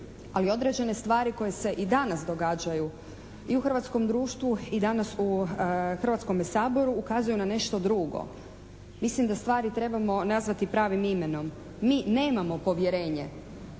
Ali određene stvari koje se i danas događaju i u hrvatskom društvu i danas u Hrvatskome saboru ukazuju na nešto drugo. Mislim da stvari trebamo nazvati pravim imenom. Mi nemamo povjerenje